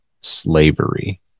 slavery